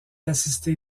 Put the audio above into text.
assisté